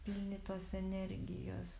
pilni tos energijos